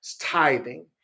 tithing